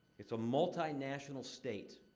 it's a multinational state.